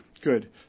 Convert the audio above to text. good